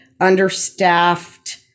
understaffed